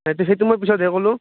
সেইতো মই পিছত হে ক'লোঁ